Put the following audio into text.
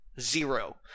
Zero